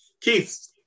Keith